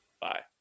Bye